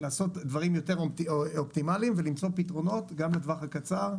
לעשות דברים יותר אופטימליים ולמצוא פתרונות גם לטווח הקצר,